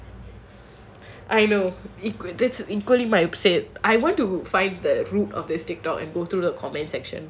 I know it could that's equally my upset I want to find the root of this TikTok and go through the comments section